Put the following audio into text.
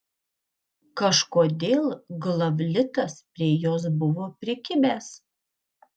kažkodėl glavlitas prie jos buvo prikibęs